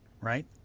right